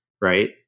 Right